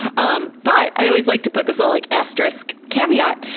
um but i always like to put this little like asterisk caveat,